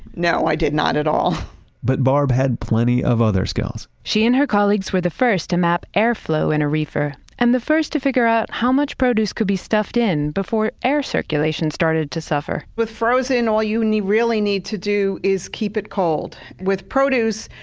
no. i did not at all but barb had plenty of other skills she and her colleagues were the first to map airflow in a reefer, and the first to figure out how much produce could be stuffed in before air circulation started to suffer with frozen, all you need really need to do is keep it cold. with produce,